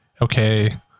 okay